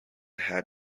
hat